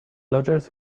lodgers